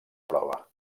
prova